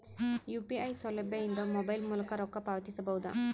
UPI ಸೌಲಭ್ಯ ಇಂದ mobile ಮೂಲಕ ರೊಕ್ಕ ಪಾವತಿಸ ಬಹುದಾ?